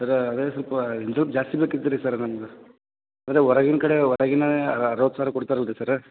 ಸರ್ರ ಅದೇ ಸ್ವಲ್ಪ ದುಡ್ಡು ಜಾಸ್ತಿ ಬೇಕಿತ್ತು ರೀ ಸರ ನಮ್ಗೆ ಅಂದರೆ ಹೊರಗಿನ ಕಡೆ ಹೊರಗಿನಾನೆ ಅರವತ್ತು ಸಾವಿರ ಕೊಡ್ತಾರಲ್ಲ ರೀ ಸರ